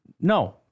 No